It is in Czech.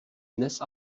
dnes